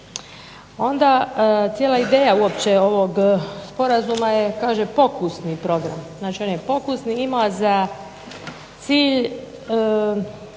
Onda cijela ideja uopće ovog sporazuma je kaže pokusni program. Znači, on je pokusni i ima za cilj